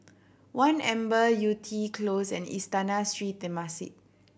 One Amber Yew Tee Close and Istana Sri Temasek